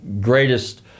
greatest